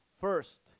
first